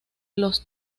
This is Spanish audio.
los